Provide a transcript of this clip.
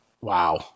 Wow